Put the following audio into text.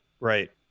right